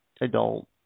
adult